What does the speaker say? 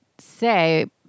say